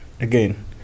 Again